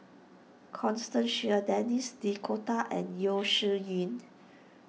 Constance Sheares Denis D'Cotta and Yeo Shih Yun